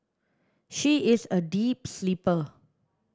she is a deep sleeper